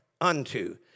unto